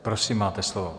Prosím, máte slovo.